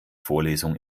vorlesung